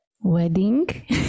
Wedding